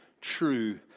true